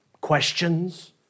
questions